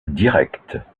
directes